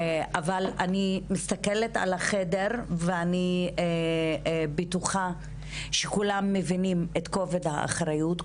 אבל אני מסתכלת על החדר ואני בטוחה שכולם מבינים את כובד האחריות.